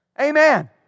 Amen